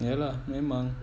ya lah memang